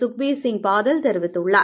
சுக்பீர் சிங் பாதல் தெரிவித்துள்ளார்